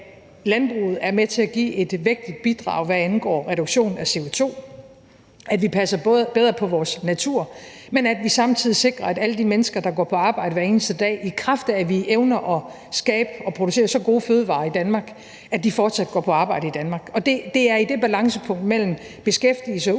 landbruget er med til at give et vægtigt bidrag, hvad angår en reduktion af CO2, og at vi passer bedre på vores natur, men at vi samtidig sikrer, at alle de mennesker, der går på arbejde hver eneste dag, i kraft af at vi evner at skabe og producere så gode fødevarer i Danmark, fortsat går på arbejde i Danmark. Og det er i det balancepunkt mellem beskæftigelse,